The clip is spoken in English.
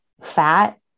fat